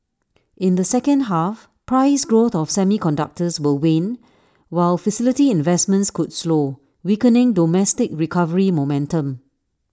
in the second half price growth of semiconductors will wane while facility investments could slow weakening domestic recovery momentum